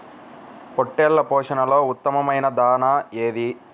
పొట్టెళ్ల పోషణలో ఉత్తమమైన దాణా ఏది?